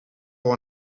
pour